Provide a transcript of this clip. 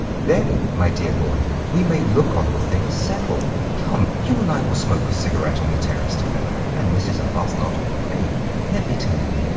then, my dear boy, we may look on the thing as settled. come, you and i will smoke a cigarette on the terrace together. and mrs. arbuthnot, pray let me tell you,